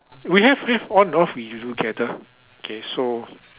we have have on and off we do gather okay so